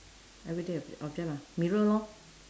everyday ob~ object lah mirror lor